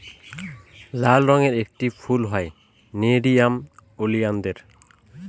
লাল রঙের একটি ফুল হয় নেরিয়াম ওলিয়ানদের